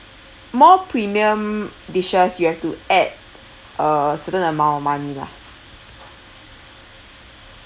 more premium dishes you have to add a certain amount of money lah